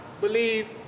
believe